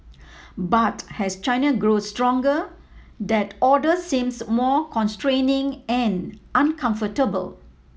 but as China grows stronger that order seems more constraining and uncomfortable